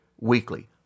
weekly